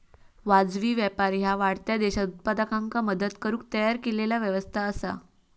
वाजवी व्यापार ह्या वाढत्या देशांत उत्पादकांका मदत करुक तयार केलेला व्यवस्था असा